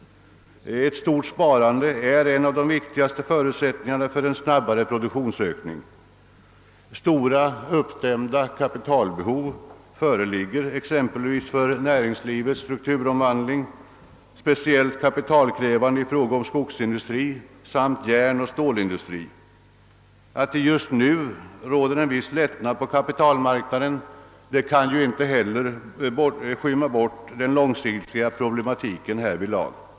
Ett stort sparande är en av de viktigaste förutsättningarna för en snabbare produktionsökning. Stora, uppdämda kapitalbehov föreligger exempelvis för näringslivets strukturomvandling, speciellt kapitalkrävande i fråga om skogsindustri samt järnoch stålindustri. Att det just nu råder en viss lättnad på kapitalmarknaden kan inte heller skymma bort den långsiktiga problematiken härvidlag.